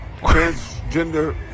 transgender